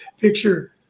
picture